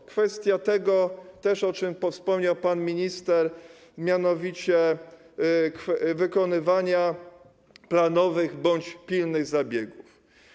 Jest kwestia też tego, o czym wspomniał pan minister, a mianowicie wykonywania planowych bądź pilnych zabiegów.